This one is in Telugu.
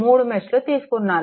3 మెష్లు తీసుకున్నారు